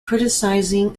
criticizing